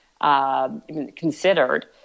considered